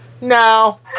No